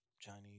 Chinese